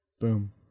Boom